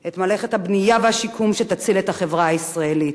את מלאכת הבנייה והשיקום שתציל את החברה הישראלית.